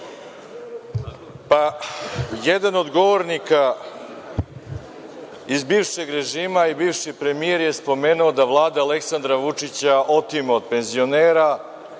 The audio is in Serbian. Jedan od govornika iz bivšeg režima i bivši premijer je spomenuo da Vlada Aleksandra Vučića otima od penzionera,